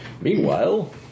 Meanwhile